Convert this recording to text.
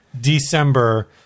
December